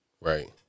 Right